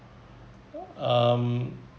um